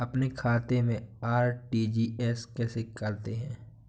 अपने खाते से आर.टी.जी.एस कैसे करते हैं?